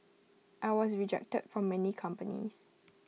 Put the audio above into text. I was rejected from many companies